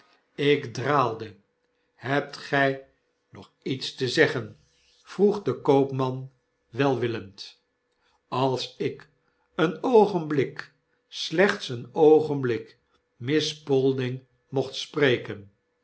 ik draalde hebt gy nog iets te zeggen p vroeg de koopman welwillend ff als ik een oogenblik slechts een oogenblik miss spalding mocht spreken